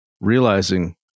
realizing